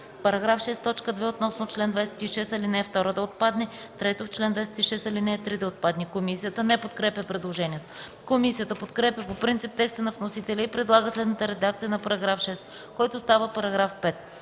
В § 6, т. 2, относно чл. 26, ал. 2 да отпадне. 3. В чл. 26 ал. 3 да отпадне.” Комисията не подкрепя предложението. Комисията подкрепя по принцип текста на вносителя и предлага следната редакция на § 6, който става § 5: „§ 5.